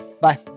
Bye